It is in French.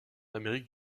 amérique